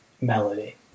melody